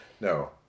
no